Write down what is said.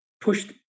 pushed